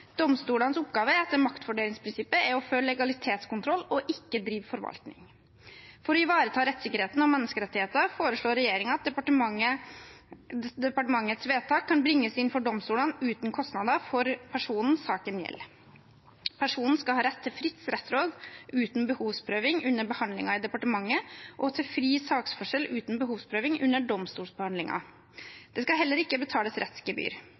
Domstolenes oppgave etter maktfordelingsprinsippet er å føre legalitetskontroll, og ikke drive forvaltning. For å ivareta rettsikkerheten og menneskerettigheter foreslår regjeringen at departementets vedtak kan bringes inn for domstolene uten kostnader for personen saken gjelder. Personen skal ha rett til fritt rettsråd uten behovsprøving under behandlingen i departementet, og til fri sakførsel uten behovsprøving under domstolsbehandlingen. Det skal heller ikke betales rettsgebyr.